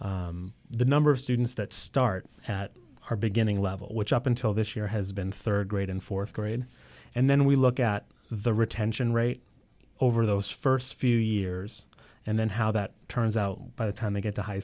band the number of students that start at her beginning level which up until this year has been rd grade and th grade and then we look at the retention rate over those st few years and then how that turns out by the time they get to high